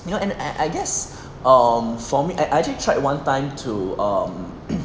you know and I guess um for me me I actually tried one time to um